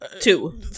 two